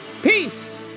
peace